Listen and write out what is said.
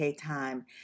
time